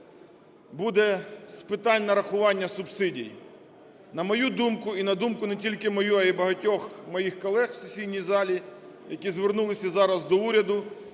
буде з питань нарахування субсидій. На мою думку, і на думку не тільки мою, а і багатьох моїх колег в сесійній залі, які звернулися зараз до уряду